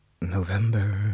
November